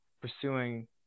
pursuing